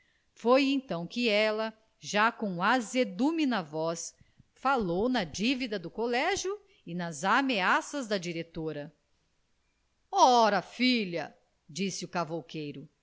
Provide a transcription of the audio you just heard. foi então que ela já com azedume na voz falou na divida do colégio e nas ameaças da diretora ora filha disse-lhe o cavouqueiro